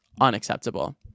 unacceptable